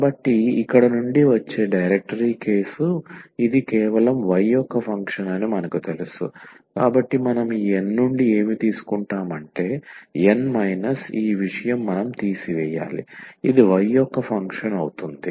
కాబట్టి ఇక్కడి నుండే వచ్చే డైరెక్టరీ కేసు ఇది కేవలం y యొక్క ఫంక్షన్ అని మనకు తెలుసు కాబట్టి మనం ఈ N నుండి ఏమి తీసుకుంటాము అంటే N మైనస్ ఈ విషయం మనం తీసివేయాలి ఇది y యొక్క ఫంక్షన్ అవుతుంది